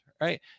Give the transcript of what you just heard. right